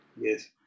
Yes